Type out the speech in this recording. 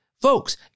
folks